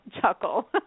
chuckle